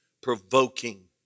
provoking